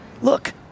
look